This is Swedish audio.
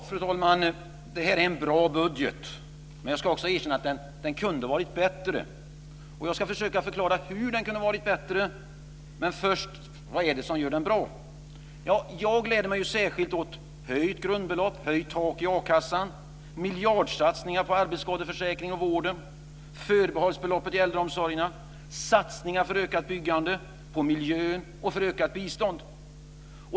Fru talman! Det här är en bra budget. Jag ska också erkänna att den kunde varit bättre. Jag ska försöka förklara hur den kunde varit bättre. Men först vill jag tala om vad som gör den bra. Jag gläder mig särskilt åt höjningen av grundbelopp och tak i a-kassan, miljardsatsningarna på arbetsskadeförsäkringen och vården, förbehållsbeloppet i äldreomsorgen, satsningarna för ökat byggande, på miljön och ökat bistånd.